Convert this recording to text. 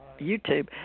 YouTube